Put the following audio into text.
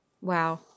Wow